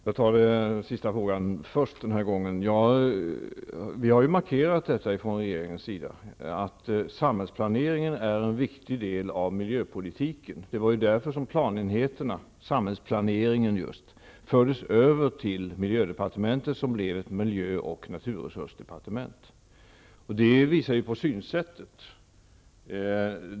Herr talman! Jag tar den här gången den sista frågan först. Vi har från regeringens sida markerat att samhällsplaneringen är en viktig del av miljöpolitiken. Det var därför som planenheterna, samhällsplaneringen, fördes över till miljödepartementet, som blev ett miljö och naturresursdepartement. Det visar vårt synsätt.